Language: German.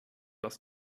lass